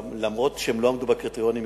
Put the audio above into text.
אף-על-פי שהם לא עמדו בקריטריונים,